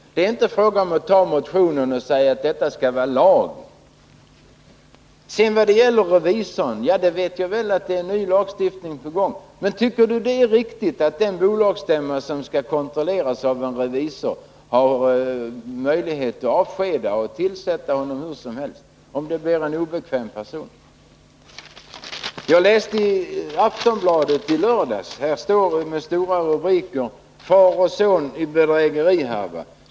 Det är inte fråga om att ta motionen och göra den till lag. När det sedan gäller revisorerna vet jag att det är en ny lagstiftning på gång. Men tycker Åke Polstam att det är riktigt att den bolagsstämma som skall kontrolleras av en revisor har möjlighet att avskeda och tillsätta hur som helst, om det gäller en obekväm person? Jag läste Aftonbladet i lördags, och där står det med stora rubriker: ”Far och son i bedrägerihärva.